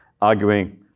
arguing